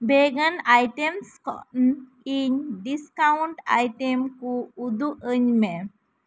ᱵᱮᱜᱮᱱ items ᱠᱚ ᱤᱧ discount item ᱠᱚ ᱩᱫᱩᱜ ᱟ ᱧ ᱢᱮ